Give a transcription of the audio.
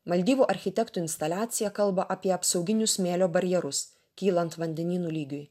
maldyvų architektų instaliacija kalba apie apsauginius smėlio barjerus kylant vandenynų lygiui